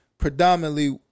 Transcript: predominantly